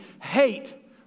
hate